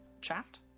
chat